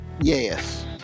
Yes